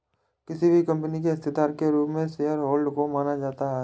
किसी भी कम्पनी के हिस्सेदार के रूप में शेयरहोल्डर को माना जाता है